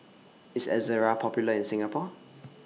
IS Ezerra Popular in Singapore